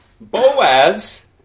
Boaz